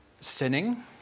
sinning